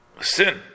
sin